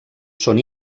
són